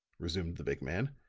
resumed the big man,